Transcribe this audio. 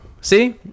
See